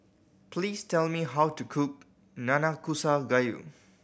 please tell me how to cook Nanakusa Gayu